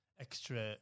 extra